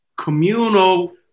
communal